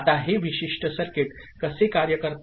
आता हे विशिष्ट सर्किट कसे कार्य करते